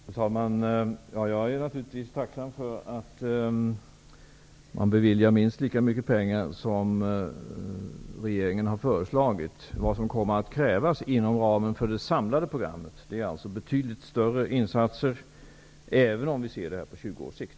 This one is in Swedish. Fru talman! Jag är naturligtvis tacksam för att man beviljar minst lika mycket pengar som regeringen har föreslagit. Betydligt större insatser kommer att krävas inom ramen för det samlade programmet, även om vi ser det här på 20 års sikt.